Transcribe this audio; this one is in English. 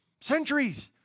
centuries